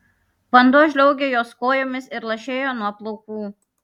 vanduo žliaugė jos kojomis ir lašėjo nuo plaukų